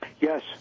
Yes